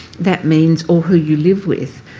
that means or who you live with,